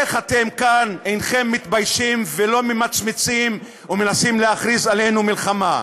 איך אתם כאן אינכם מתביישים ולא ממצמצים ומנסים להכריז עלינו מלחמה?